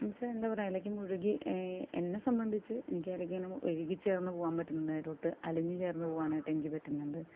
എന്താണ് പറയുക അതിലേക്ക് മുഴുകി എന്നെ സംബന്ധിച്ച് എനിക്ക് അതിലേക്ക് തന്നെ ഇഴുകി ചേർന്ന് പോകാൻ പറ്റുന്നുണ്ട് അതിലോട്ട് അലിഞ്ഞുചേർന്ന് പോവാനായിട്ട് എനിക്ക് പറ്റുന്നുണ്ട്